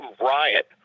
riot